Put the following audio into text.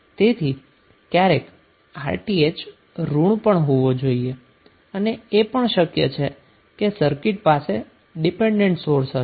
તેથી ક્યારેક Rth ઋણ પણ હોવો જોઈએ અને એ પણ શક્ય છે કે સર્કિટ પાસે ડીપેન્ડન્ટ સોર્સ હશે